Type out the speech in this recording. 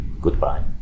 goodbye